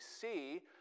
see